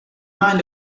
mind